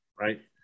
right